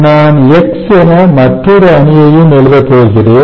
நான் X என மற்றொரு அணியையும் எழுதப்போகிறேன்